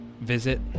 visit